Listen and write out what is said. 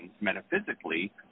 metaphysically